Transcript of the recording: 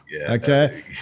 Okay